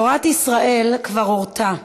תורת ישראל כבר הורתה: